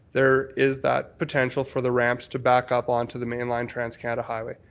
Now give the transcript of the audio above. there is that potential for the ramps to back up on to the mainline transcanada highway.